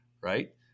right